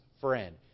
friend